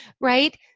Right